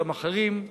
גם אחרים,